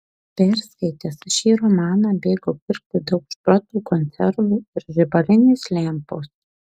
perskaitęs šį romaną bėgau pirkti daug šprotų konservų ir žibalinės lempos